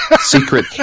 Secret